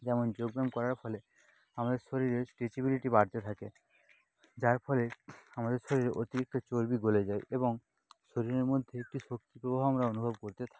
যেমন যোগব্যায়াম করার ফলে আমাদের শরীরের স্ট্রেচেবিলিটি বাড়তে থাকে যার ফলে আমাদের শরীরের অতিরিক্ত চর্বি গলে যায় এবং শরীরের মধ্যে একটি শক্তিপ্রবাহ আমরা অনুভব করতে থাকি